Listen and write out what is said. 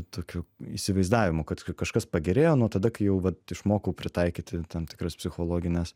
tokio įsivaizdavimo kad kai kažkas pagerėjo nuo tada kai jau vat išmokau pritaikyti tam tikras psichologines